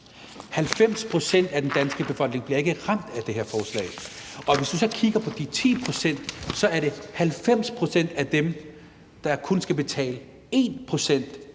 pct. af den danske befolkning bliver ikke ramt af det her forslag. Og hvis du så kigger på de 10 pct., er det 90 pct. af dem, der kun skal betale 1